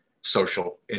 social